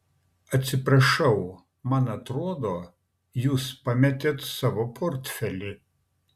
atsiprašau man atrodo jūs pametėt savo portfelį